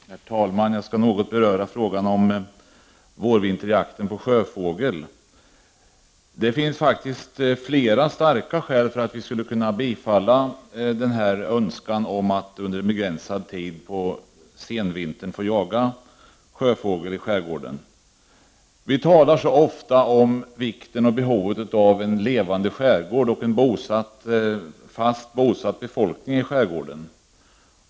Herr talman! Jag skall något beröra frågan om vårvinterjakten på sjöfågel. Det finns flera starka skäl för att tillmötesgå önskan om att under en begränsad tid på senvintern få jaga sjöfågel i skärgården. Vi talar så ofta om vikten och behovet av en levande skärgård och en bofast befolkning i skärgården.